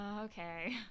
Okay